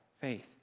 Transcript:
faith